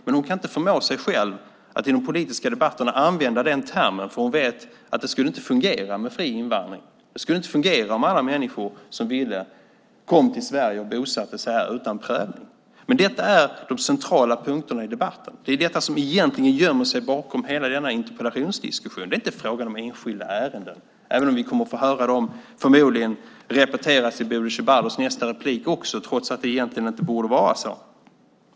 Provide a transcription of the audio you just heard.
Men hon kan inte förmå sig själv att i de politiska debatterna använda den termen, för hon vet att det inte skulle fungera med fri invandring. Det skulle inte fungera om alla människor som ville kom till Sverige och bosatte sig här utan prövning. Detta är de centrala punkterna i debatten. Det är detta som egentligen gömmer sig bakom hela denna interpellationsdiskussion. Det är inte fråga om enskilda ärenden, även om vi förmodligen kommer att få höra dem repeteras i Bodil Ceballos nästa inlägg, trots att det egentligen inte borde vara så.